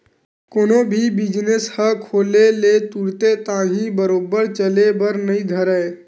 कोनो भी बिजनेस ह खोले ले तुरते ताही बरोबर चले बर नइ धरय